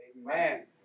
Amen